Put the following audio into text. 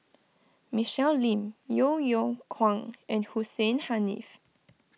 Michelle Lim Yeo Yeow Kwang and Hussein Haniff